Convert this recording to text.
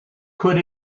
could